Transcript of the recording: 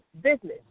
business